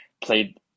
played